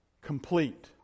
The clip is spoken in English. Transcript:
Complete